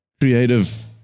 creative